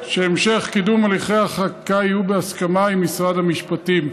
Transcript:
שהמשך קידום הליכי החקיקה יהיה בהסכמה עם משרד המשפטים.